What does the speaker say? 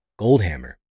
Goldhammer